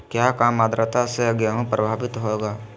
क्या काम आद्रता से गेहु प्रभाभीत होगा?